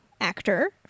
Actor